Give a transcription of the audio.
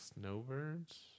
Snowbirds